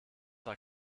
war